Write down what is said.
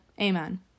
Amen